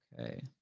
Okay